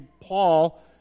Paul